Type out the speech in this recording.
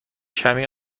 کمی